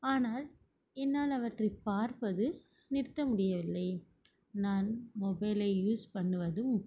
ஆனால் என்னால் அவற்றை பார்ப்பது நிறுத்த முடியவில்லை நான் மொபைலை யூஸ் பண்ணுவதும்